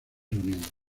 reunión